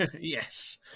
yes